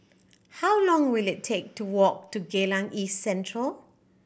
how long will it take to walk to Geylang East Central